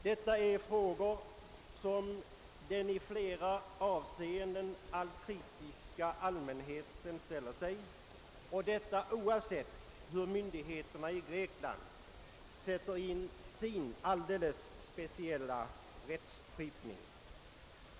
Detta är frågor som den i flera avseenden alltmer kritiska allmänheten ställer sig och detta oavsett hur myndigheterna i Grekland sätter in sin alldeles speciella rättsskipning.